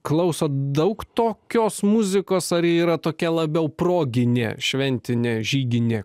klauso daug tokios muzikos ar yra tokia labiau proginė šventinė žyginė